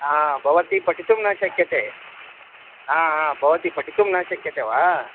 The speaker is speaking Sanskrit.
हा भवती पठितुं न शक्यते हा हा भवती पठितुं न शक्यते वा